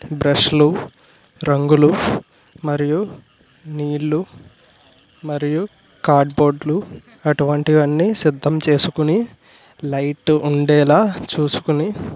బ్రష్లు రంగులు మరియు నీళ్ళు మరియు కార్డ్ బోర్డ్లు అటువంటివి అన్ని సిద్ధం చేసుకుని లైట్ ఉండేలాగా చూసుకొని